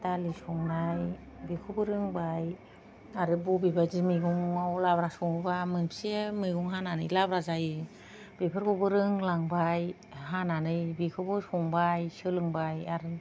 दालि संनाय बेखौबो रोंबाय आरो बबेबादि मैगंआव लाब्रा सङोबा मोनबोसे मैगं हानानै लाब्रा जायो बेफोरखौबो रोंलांबाय हानानै बेखौबो संबाय सोलोंबाय आरो